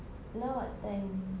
now what time